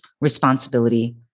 responsibility